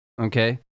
okay